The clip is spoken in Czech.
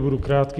Budu krátký.